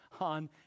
on